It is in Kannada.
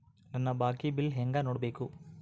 ನನ್ನ ಬಾಕಿ ಬಿಲ್ ಹೆಂಗ ನೋಡ್ಬೇಕು?